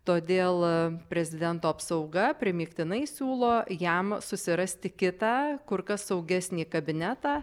todėl prezidento apsauga primygtinai siūlo jam susirasti kitą kur kas saugesnį kabinetą